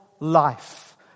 life